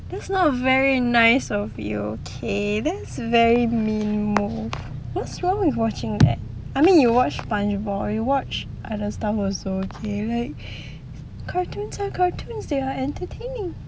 that's not a very nice of you okay that's very mean move what's wrong with watching that I mean you watch barney you watch other stuff also so okay like cartoons are cartoons they are like entertaining